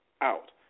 out